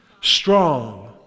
strong